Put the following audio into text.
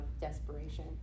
desperation